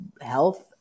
health